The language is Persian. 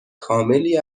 کاملی